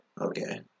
Okay